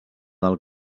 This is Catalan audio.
del